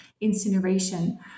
incineration